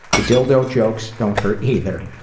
the dildo jokes don't hurt either.